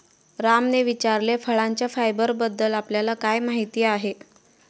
रामने विचारले, फळांच्या फायबरबद्दल आपल्याला काय माहिती आहे?